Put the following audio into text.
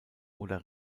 oder